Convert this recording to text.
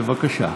בבקשה.